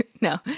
No